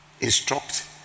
instruct